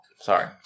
sorry